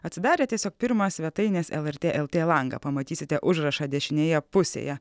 atsidarę tiesiog pirmą svetainės lrt lt langą pamatysite užrašą dešinėje pusėje